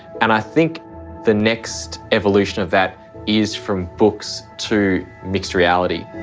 and i think the next evolution of that is from books to mixed reality.